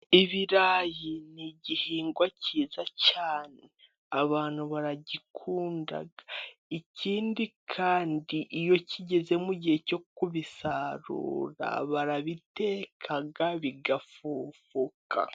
Ibirayi ni igihingwa cyiza cyane abantu baragikunda, ikindi kandi iyo kigeze mu gihe cyo kubisarura barabiteka bigafufuka.